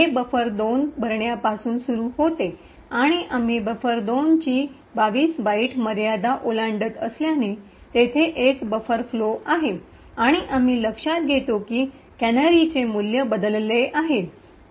हे बफर२ भरण्यापासून सुरू होते आणि आम्ही बफर२ ची २२ बाइट्स मर्यादा ओलांडत असल्याने तेथे एक बफर ओव्हरफ्लो आहे आणि आम्ही लक्षात घेतो की कॅनरीचे मूल्य बदलले आहे